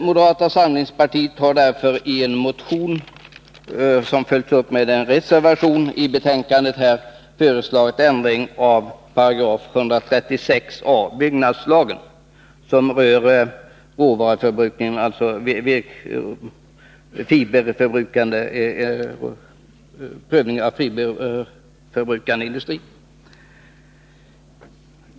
Moderata samlingspartiet har därför i en motion som följts upp med en reservation till det aktuella betänkandet föreslagit en ändring av 136 a § byggnadslagen som gäller prövning av fiberförbrukande industrier.